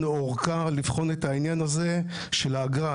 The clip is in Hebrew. ארכה בשביל לבחון את העניין הזה של האגרה.